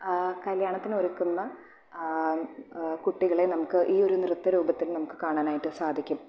കല്യാണത്തിന് ഒരുക്കുന്ന കുട്ടികളെ നമുക്ക് ഈ ഒരു നൃത്ത രൂപത്തിൽ നമുക്ക് കാണാനായിട്ട് സാധിക്കും